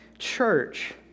Church